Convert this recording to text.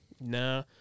Nah